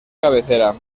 cabecera